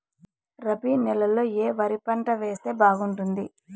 రబి నెలలో ఏ వరి పంట వేస్తే బాగుంటుంది